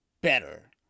better